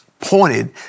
pointed